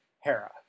Hera